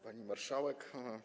Pani Marszałek!